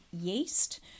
yeast